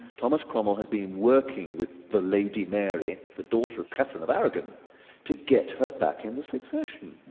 thomas cromwell had been working with the lady mary the daughter of catherine of aragon to get her back in the succession,